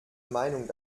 meinung